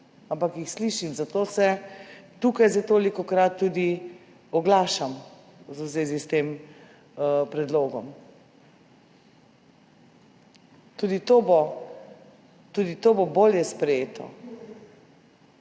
ampak jih slišim, zato se tukaj zdaj tolikokrat tudi oglašam v zvezi s tem predlogom. Tudi to bo bolje sprejeto,